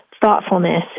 thoughtfulness